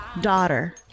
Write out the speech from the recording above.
daughter